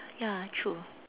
ya true